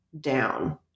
down